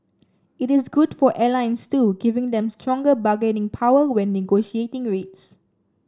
it is good for airlines too giving them stronger bargaining power when negotiating rates